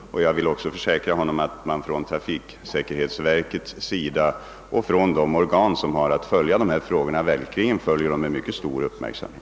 Jag vill också försäkra herr Rubin att trafiksäkerhetsverket och andra organ som handlägger dessa frågor verkligen följer dem med mycket stor uppmärksamhet.